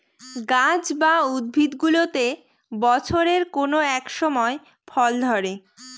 গাছ বা উদ্ভিদগুলোতে বছরের কোনো এক সময় ফল ধরে